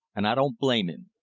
an' i don't blame him.